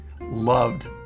loved